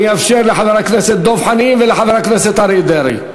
אני אאפשר לחבר הכנסת דב חנין ולחבר הכנסת אריה דרעי.